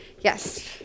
Yes